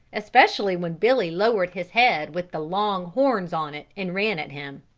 especially when billy lowered his head with the long horns on it and ran at him.